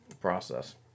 process